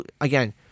Again